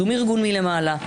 שום ארגון מלמעלה,